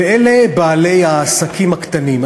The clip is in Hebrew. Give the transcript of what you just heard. ואלה בעלי העסקים הקטנים.